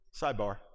sidebar